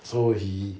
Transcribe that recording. so he